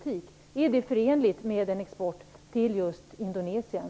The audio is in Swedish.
Jag vill fråga statsministern om det är förenligt med en export till just Indonesien.